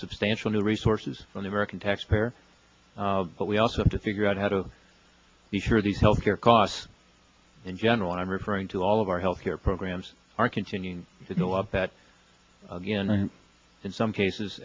substantial resources from the american taxpayer but we also have to figure out how to be sure these health care costs in general and i'm referring to all of our health care programs are continuing you know of that in some cases